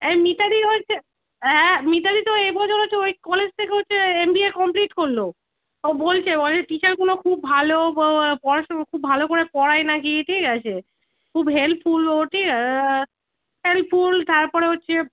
এই মিতালি হচ্ছে হ্যাঁ মিতালি তো এবছর হচ্ছে ওই কলেজ থেকে হচ্ছে এম বি এ কমপ্লিট করল ও বলছে ওখানে টিচারগুলো খুব ভালো পড়াশোনা খুব ভালো করে পড়ায় না কি ঠিক আছে খুব হেল্পফুলও ঠিক হেল্পফুল তার পরে হচ্ছে